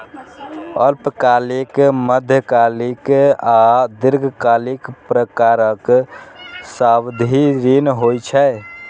अल्पकालिक, मध्यकालिक आ दीर्घकालिक प्रकारक सावधि ऋण होइ छै